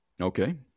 Okay